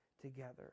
together